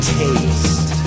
taste